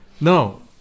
no